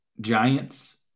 Giants